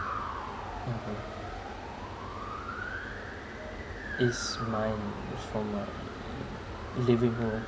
mmhmm it's my it's from my living room